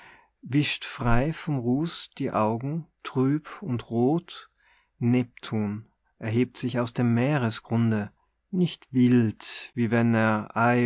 wischt frei vom ruß die augen trüb und roth neptun erhebt sich aus dem meeresgrunde nicht wild wie wenn er